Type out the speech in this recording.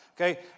okay